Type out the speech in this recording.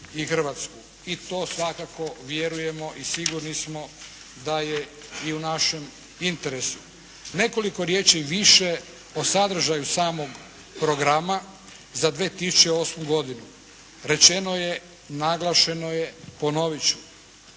i to svakako vjerujemo i sigurni smo da je i u našem interesu. Nekoliko riječi više o sadržaju samog programa za 2008. godinu. Rečeno je, naglašeno je, ponovit ću.